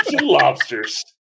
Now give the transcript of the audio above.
lobsters